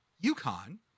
yukon